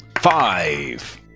Five